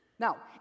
Now